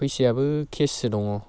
फैसायाबो केससो दङ